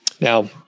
Now